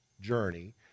journey